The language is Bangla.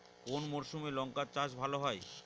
কোন মরশুমে লঙ্কা চাষ ভালো হয়?